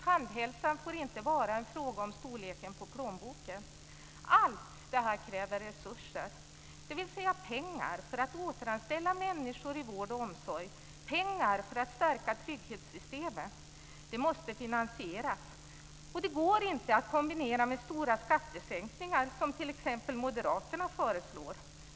Tandhälsan får inte vara en fråga om storleken på plånboken. Allt det här kräver resurser, dvs. pengar för att återanställa människor i vård och omsorg, pengar för att stärka trygghetssystemet. Detta måste finansieras. Det går inte att kombinera detta med stora skattesänkningar, som t.ex. moderaterna föreslår.